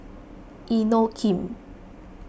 Inokim